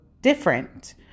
different